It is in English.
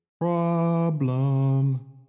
Problem